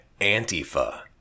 antifa